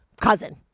cousin